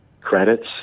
credits